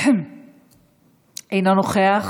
אינו נוכח,